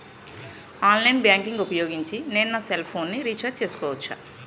Online banking ఊపోయోగించి నేను నా సెల్ ఫోను ని రీఛార్జ్ చేసుకోవచ్చా?